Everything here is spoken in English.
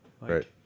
Right